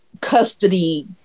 custody